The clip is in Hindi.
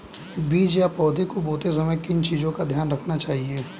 बीज या पौधे को बोते समय किन चीज़ों का ध्यान रखना चाहिए?